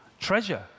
treasure